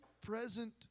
present